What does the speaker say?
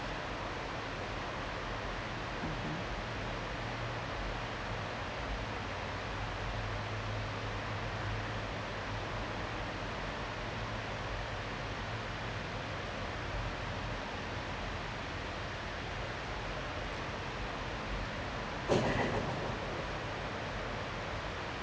mmhmm